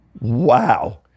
Wow